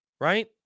Right